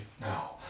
now